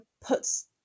puts